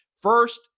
First